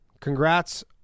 Congrats